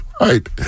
right